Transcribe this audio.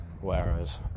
whereas